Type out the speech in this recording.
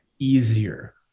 easier